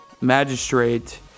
magistrate